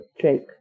Jake